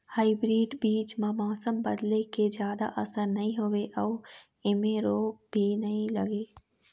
hybrid बीज म मौसम बदले के जादा असर नई होवे अऊ ऐमें रोग भी नई लगे